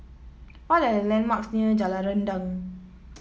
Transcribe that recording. what are the landmarks near Jalan Rendang